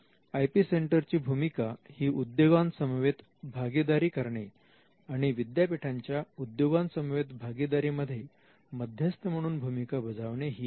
I P सेंटरची भूमिका ही उद्योगां समवेत भागीदारी करणे आणि विद्यापीठांच्या उद्योगां समवेत भागीदारीमध्ये मध्यस्थ म्हणून भूमिका बजावणे ही आहे